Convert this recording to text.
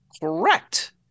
Correct